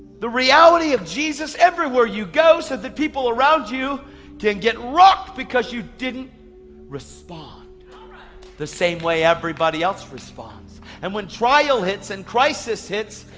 the reality of jesus everywhere you go, so that people around you can get rocked because you didn't respond the same way everybody else responds. and when trial hits, and crisis hits,